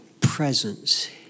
presence